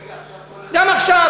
רגע, עכשיו כל, גם עכשיו.